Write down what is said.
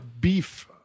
Beef